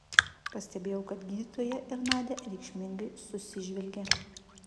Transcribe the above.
pastebėjau kad gydytoja ir nadia reikšmingai susižvelgė